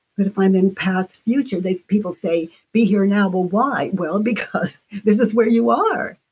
but i'm in past future, these people say, be here now. but why? well, because this is where you are.